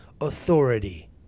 authority